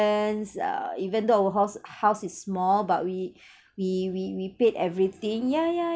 uh even though our house house is small but we we we we paid everything yeah yeah